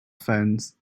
phones